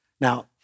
Now